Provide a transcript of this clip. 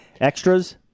extras